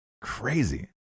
Crazy